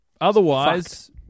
Otherwise